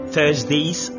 Thursdays